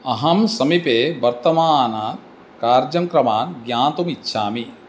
अहं समीपे वर्तमानान् कार्यक्रमान् ज्ञातुम् इच्छामि